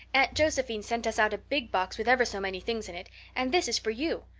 aunt josephine sent us out a big box with ever so many things in it and this is for you.